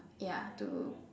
ya to